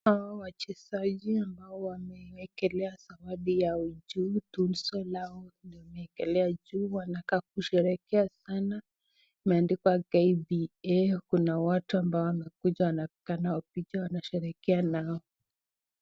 Hawa wachezaji ambao wameekelea zawadi yao juu, tuzo lao ndio wameekelea juu. Wanakaa kusherehekea sana. Imeandikwa KBA, kuna watu ambao wamekuja wanaonekana wamekuja kusherehekea na hao.